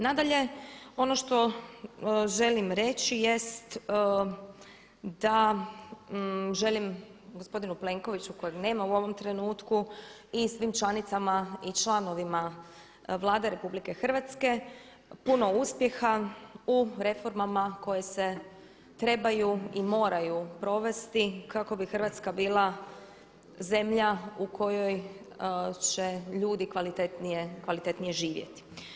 Nadalje ono što želim reći jest da, želim gospodinu Plenkoviću kojeg nema u ovom trenutku i svim članicama i članovima Vlade RH puno uspjeha u reformama koje se trebaju i moraju provesti kako bi Hrvatska bila zemlja u kojoj će ljudi kvalitetnije živjeti.